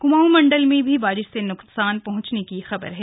कुमाउ मण्डल में भी वारिश से नुकसान पहुॅचने की खबर है